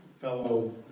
fellow